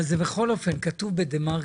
כן, אבל זה בכל אופן כתוב בדה-מרקר.